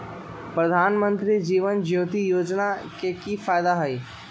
प्रधानमंत्री जीवन ज्योति योजना के की फायदा हई?